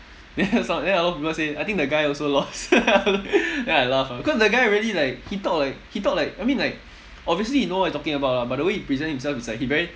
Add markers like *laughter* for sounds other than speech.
then *laughs* some~ then a lot of people say I think the guy also lost *laughs* then I laugh ah cause the guy really like he talk like he talk like I mean like obviously he know what he talking about ah but the way he present himself is like he very